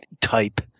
type